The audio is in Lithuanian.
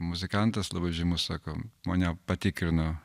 muzikantas labai žymus sako mone patikrino